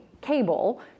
cable